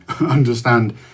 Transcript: understand